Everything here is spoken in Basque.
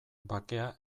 bakea